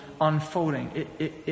unfolding